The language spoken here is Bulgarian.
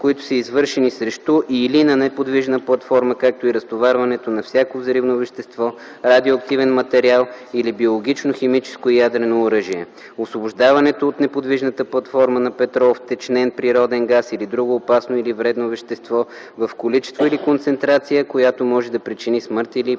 които са извършени срещу или на неподвижна платформа, както и разтоварването на всякакво взривно вещество, радиоактивен материал или биологично, химическо и ядрено оръжие, освобождаването от неподвижна платформа на петрол, втечнен природен газ или друго опасно или вредно вещество в количество или концентрация, която може да причини смърт или увреждане.